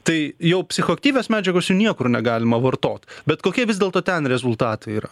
tai jau psichoaktyvios medžiagos jų niekur negalima vartot bet kokie vis dėlto ten rezultatai yra